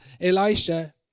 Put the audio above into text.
Elisha